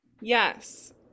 Yes